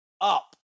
up